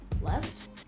left